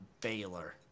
Baylor